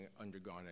undergone